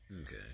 Okay